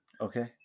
okay